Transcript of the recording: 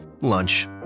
lunch